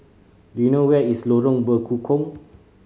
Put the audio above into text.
do you know where is Lorong Bekukong